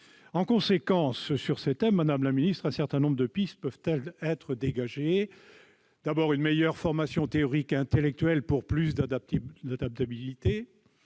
En conséquence, madame la ministre, un certain nombre de pistes peuvent être dégagées : inciter à une meilleure formation théorique et intellectuelle pour plus d'adaptabilité